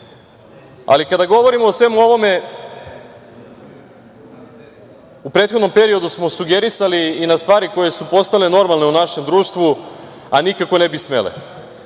novca. Kada govorimo o svemu ovome, u prethodnom periodu smo sugerisali i na stvari koje su postale normalne u našem društvu, a nikako ne bi smele.